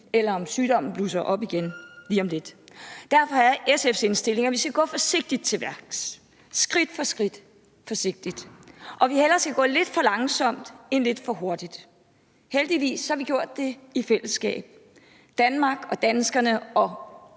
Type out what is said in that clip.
eller om sygdommen blusser op igen lige om lidt. Derfor er det SF's indstilling, at vi skal gå forsigtigt til værks – skridt for skridt, forsigtigt – og at vi hellere skal gå lidt for langsomt end lidt for hurtigt. Heldigvis har vi gjort det i fællesskab. Danmark og danskerne og